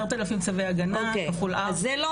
10,000 צווי הגנה כפול ארבע --- אז זה לא